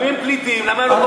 אם הם פליטים, למה הם לא, במצרים?